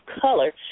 color